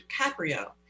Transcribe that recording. DiCaprio